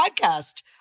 podcast